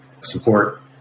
support